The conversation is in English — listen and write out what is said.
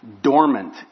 Dormant